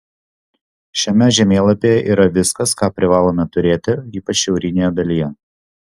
šiame žemėlapyje yra viskas ką privalome turėti ypač šiaurinėje dalyje